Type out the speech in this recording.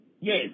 Yes